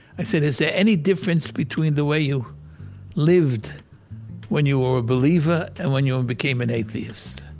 i said, is there any difference between the way you lived when you were a believer and when you and became an atheist?